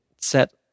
set